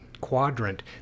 quadrant